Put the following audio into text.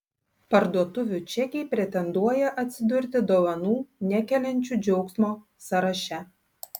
parduotuvių čekiai pretenduoja atsidurti dovanų nekeliančių džiaugsmo sąraše